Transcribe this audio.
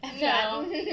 No